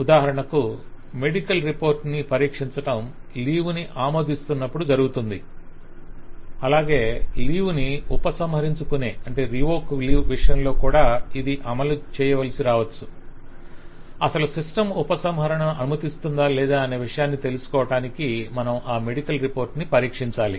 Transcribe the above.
ఉదాహరణకు medical report ను పరీక్షించటం లీవ్ ని ఆమోదిస్తున్నప్పుడు జరుగుతుంది అలాగే లీవ్ ని ఉపసంహరించుకునే విషయంలో కూడా ఇది అమలు చేయవలసి రావచ్చు అసలు సిస్టమ్ ఉపసంహరణను అనుమతిస్తుందా లేదా అనే విషయాన్ని తెలుసుకోవటానికి మనం ఆ మెడికల్ రిపోర్ట్ ని పరీక్షించాలి